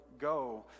go